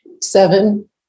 seven